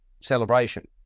celebration